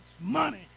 money